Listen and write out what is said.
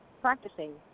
practicing